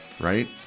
right